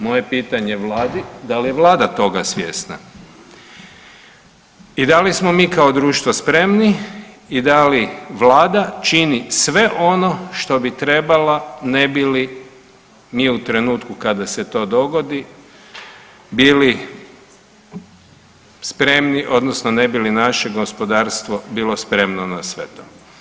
Moje pitanje Vladi, da li je Vlada toga svjesna i da li smo mi kao društvo spremni i da li Vlada čini sve ono što bi trebala ne bi li mi u trenutku kada se to dogodi bili spremni odnosno ne bi li naše gospodarstvo bilo spremno na sve to?